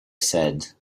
said